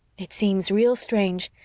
it seems real strange.